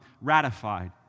ratified